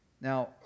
Now